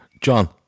John